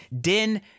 Din